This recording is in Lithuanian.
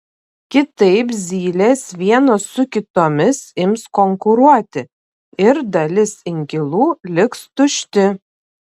kitaip zylės vienos su kitomis ims konkuruoti ir dalis inkilų liks tušti